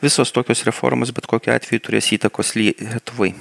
visos tokios reformos bet kokiu atveju turės įtakos lietuvai